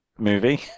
Movie